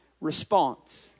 response